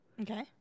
Okay